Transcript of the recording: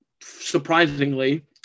surprisingly